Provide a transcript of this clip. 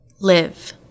live